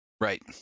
Right